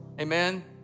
Amen